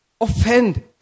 offend